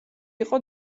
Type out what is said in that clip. იყო